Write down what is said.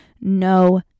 no